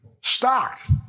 stocked